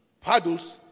paddles